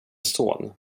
son